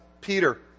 Peter